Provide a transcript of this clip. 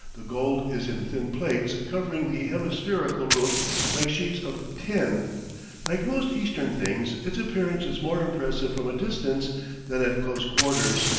the gold is in thin plates covering the hemispherical roof like sheets of tin like most eastern things, its appearance is more impressive from a distance than at close quarters.